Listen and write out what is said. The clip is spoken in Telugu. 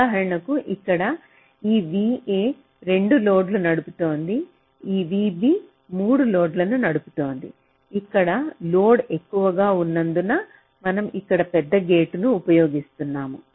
ఉదాహరణకు ఇక్కడ ఈ VA 2 లోడ్లు నడుపుతోంది VB 3 లోడ్లు నడుపుతోంది ఇక్కడ లోడ్ ఎక్కువగా ఉన్నందున మనం ఇక్కడ పెద్ద గేటును ఉపయోగిస్తున్నాము